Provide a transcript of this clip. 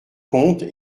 comte